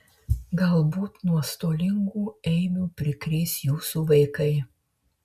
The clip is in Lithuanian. galbūt nuostolingų eibių prikrės jūsų vaikai